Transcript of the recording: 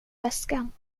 väskan